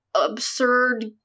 absurd